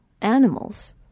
animals